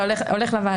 אתה הולך לוועדה.